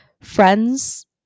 friends